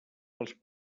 pels